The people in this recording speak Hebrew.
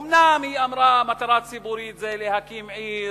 אומנם היא אמרה: מטרה ציבורית זה להקים עיר,